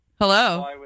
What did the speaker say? hello